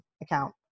account